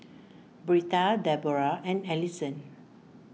Britta Deborrah and Alison